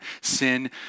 sin